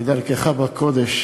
כדרכך בקודש